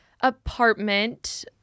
apartment